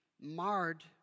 marred